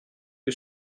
que